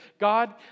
God